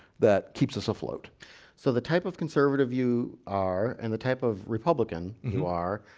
that keeps us afloat so the type of conservative you are and the type of republican you are